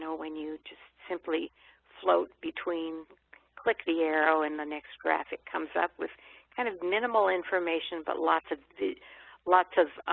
when you just simply float between click the arrow and the next graphic comes up with kind of minimal information but lots of lots of